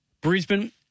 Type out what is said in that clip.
Brisbane